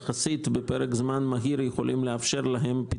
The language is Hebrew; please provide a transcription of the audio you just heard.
בפרק זמן מהיר יחסית יכולים לאפשר להם,